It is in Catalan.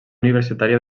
universitària